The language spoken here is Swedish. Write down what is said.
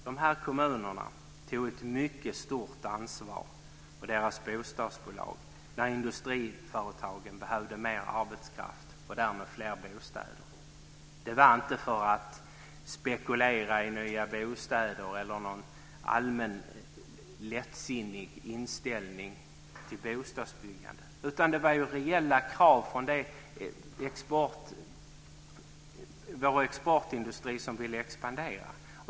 De här kommunerna och deras bostadsbolag tog ett mycket stort ansvar när industriföretagen behövde mer arbetskraft och därmed fler bostäder. Syftet var inte att spekulera i nya bostäder. Inte heller var det fråga om en allmänt lättsinnig inställning till bostadsbyggandet, utan det var fråga om reella krav från vår exportindustri som ville expandera.